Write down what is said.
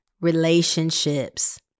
relationships